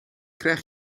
krijg